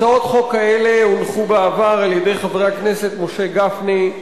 הצעות חוק כאלה הונחו בעבר על-ידי חבר הכנסת משה גפני,